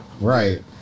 Right